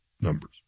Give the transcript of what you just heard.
numbers